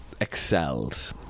excelled